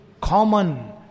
common